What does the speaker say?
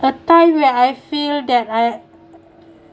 the time where I feel that I